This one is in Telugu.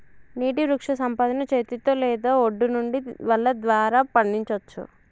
నీటి వృక్షసంపదను చేతితో లేదా ఒడ్డు నుండి వల ద్వారా పండించచ్చు